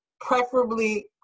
preferably